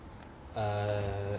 uh